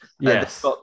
yes